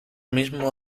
mismo